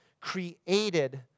created